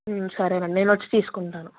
సరేనండి నేనొచ్చి తీసుకుంటాను